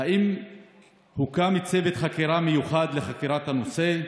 1. האם הוקם צוות חקירה מיוחד לחקירת הנושא?